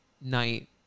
night